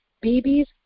Babies